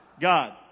God